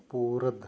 ਸਪੁਰਦ